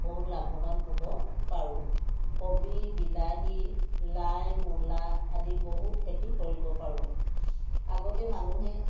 বহুত লাভবান হ'ব পাৰোঁ কবি বিলাহী লাই মূলা আদি বহুত খেতি কৰিব পাৰোঁ আগতে মানুহে